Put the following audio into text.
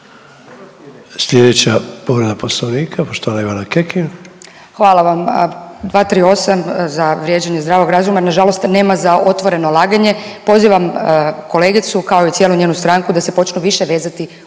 Sljedeća povreda Poslovnika, poštovana Ivana Kekin. **Kekin, Ivana (NL)** Hvala vam. 238, za vrijeđanje zdravog razuma. Nažalost nema za otvoreno laganje. Pozivam kolegicu kao i cijelu njenu stranku da se počnu više vezati uz činjenice.